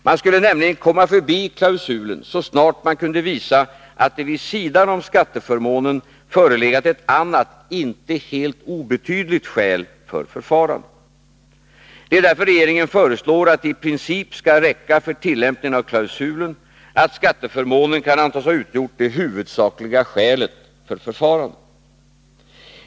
Man skulle nämligen komma förbi klausulen så snart man kunde visa att det vid sidan om skatteförmånen förelegat ett annat, inte helt obetydligt skäl för förfarandet. Det är därför regeringen föreslår att det i princip skall räcka för tillämpning av klausulen att skatteförmånen kan antas ha utgjort det huvudsakliga skälet för förfarandet.